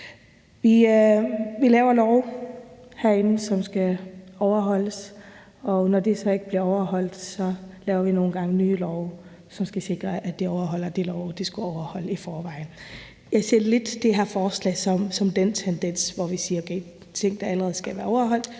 Vi laver love herinde, som skal overholdes, og når de så ikke bliver overholdt, laver vi nogle gange nye love, som skal sikre, at de love, der i forvejen skulle overholdes, bliver overholdt. Jeg ser lidt det her forslag som en del af den tendens, hvor vi siger: Ting, der allerede skal overholdes,